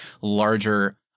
larger